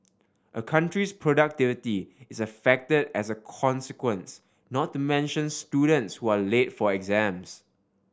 a country's productivity is affected as a consequence not to mention students who are late for exams